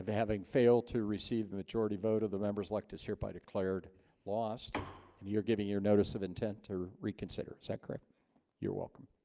having failed to receive majority vote of the members elect is hereby declared lost and you're giving your notice of intent to reconsider is that correct you're welcome